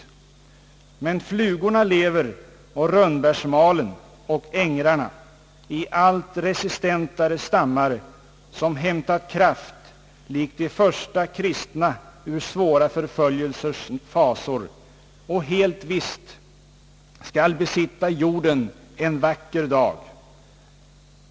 Men flugorna lever och rönnbärsmalen och ängrarna i allt resistentare stammar som hämtat kraft likt de första kristna ur svåra förföljelsers fasor och helt visst skall besitta jorden en vacker dag.